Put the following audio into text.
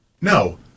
No